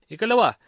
Ikalawa